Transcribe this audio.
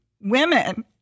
women